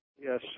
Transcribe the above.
Yes